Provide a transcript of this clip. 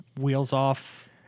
wheels-off